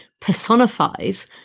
personifies